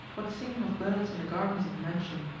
what singing of birds in the gardens of the mansion,